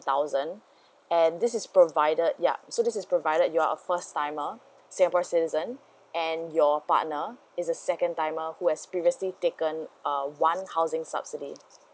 thousand and this is provided yup so this is provided you are a first timer singapore citizen and your partner is a second timer who has previously taken uh one housing subsidy